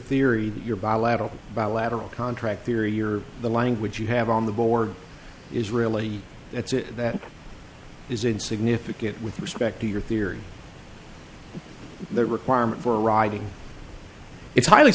theory your bilateral bilateral contract theory or the language you have on the board is really that's it that is insignificant with respect to your theory the requirement for writing it's highly